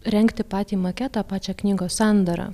rengti patį maketą pačią knygos sandarą